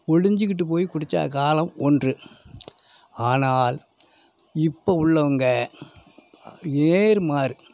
ஒளிஞ்சிக்கிட்டு போய் குடித்த காலம் ஒன்று ஆனால் இப்போ உள்ளவங்க நேர்மாறு